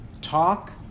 talk